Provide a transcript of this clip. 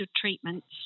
treatments